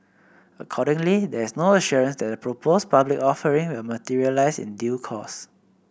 accordingly there is no assurance that the proposed public offering will materialise in due course